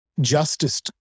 justice